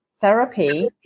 therapy